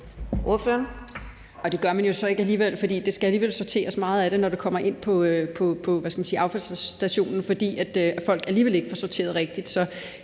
Det gør man jo så ikke alligevel, for meget af det skal alligevel sorteres, når det kommer ind på affaldsanlægget, fordi folk alligevel ikke får sorteret rigtigt.